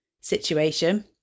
situation